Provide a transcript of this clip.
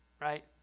right